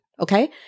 Okay